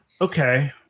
okay